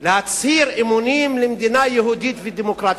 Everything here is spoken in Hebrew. להצהיר אמונים למדינה יהודית ודמוקרטית.